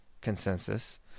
consensus